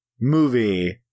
movie